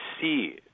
see